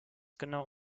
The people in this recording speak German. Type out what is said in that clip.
genau